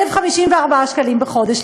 1,054 שקלים בחודש.